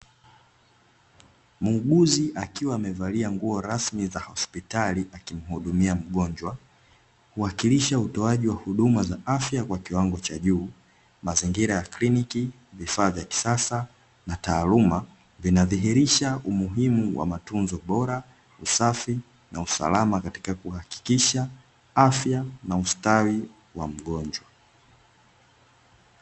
Muuguzi akiwa amevalia nguo rasmi za hospitali akimuhudumia mgonjwa, huwakilisha utoaji wa huduma za afya kwa kiwango cha juu. Mazingira ya kliniki, vifaa vya kisasa na taaluma, vinadhihirisha umuhimu wa matunzo bora, usafi na usalama katika kuhakikisha afya na ustawi wa mgonjwa.